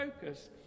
Focus